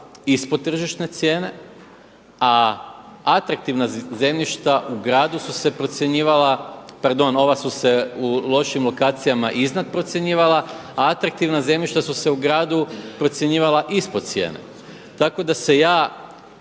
ispod tržišne cijene, a atraktivna zemljišta u gradu se procjenjivala, pardon ova su se u lošim lokacijama iznad procjenjivala, a atraktivna zemljišta su se u gradu procjenjivala ispod cijene. Tako da se ja